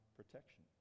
protection